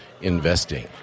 Investing